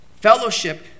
Fellowship